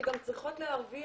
שם את מה שצריך,